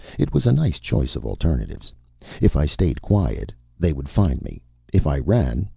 it was a nice choice of alternatives if i stayed quiet, they would find me if i ran,